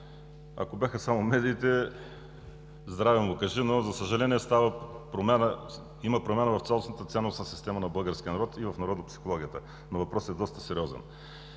Ако бяха само медиите „здраве му кажи“, но, за съжаление, има промяна в цялостната ценностна система на българския народ и в народопсихологията. Въпросът е доста сериозен.